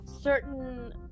certain